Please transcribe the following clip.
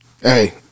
Hey